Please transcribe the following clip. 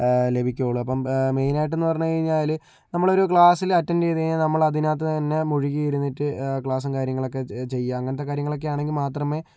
ലഭിക്കുകയുള്ളൂ അപ്പോൾ മെയിനായിട്ട് എന്ന് പറഞ്ഞു കഴിഞ്ഞാൽ നമ്മള് ഒരു ക്ലാസിൽ അറ്റൻഡ് ചെയ്തു കഴിഞ്ഞാൽ നമ്മൾ അതിനകത്ത് തന്നെ മുഴുകി ഇരുന്നിട്ട് ക്ലാസും കാര്യങ്ങളൊക്കെ ചെയ്യാം അങ്ങനത്തെ കാര്യങ്ങളൊക്കെ ആണെങ്കിൽ മാത്രമേ